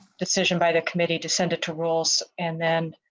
decision by the committee to send it to roles and then.